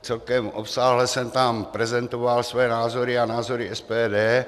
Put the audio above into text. Celkem obsáhle jsem tam prezentoval své názory a názory SPD.